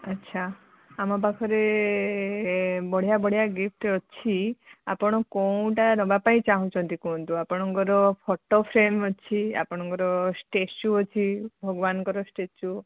ଆଚ୍ଛା ଆମ ପାଖରେ ଏ ବଢ଼ିଆ ବଢ଼ିଆ ଗିଫ୍ଟ ଅଛି ଆପଣ କେଉଁଟା ନେବା ପାଇଁ ଚାହୁଁଛନ୍ତି କୁହନ୍ତୁ ଆପଣଙ୍କର ଫଟୋ ଫ୍ରେମ୍ ଅଛି ଆପଣଙ୍କର ଷ୍ଟାଚ୍ୟୁ ଅଛି ଭଗବାନଙ୍କର ଷ୍ଟାଚ୍ୟୁ